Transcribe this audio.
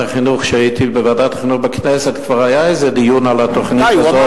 שכשהייתי בוועדת החינוך בכנסת כבר היה איזה דיון על התוכנית הזאת,